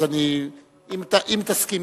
אז אם תסכים.